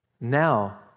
now